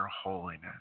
holiness